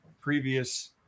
previous